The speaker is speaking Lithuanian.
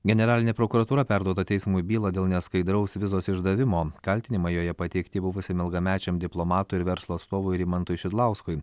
generalinė prokuratūra perduoda teismui bylą dėl neskaidraus vizos išdavimo kaltinimai joje pateikti buvusiam ilgamečiam diplomatui ir verslo atstovui rimantui šidlauskui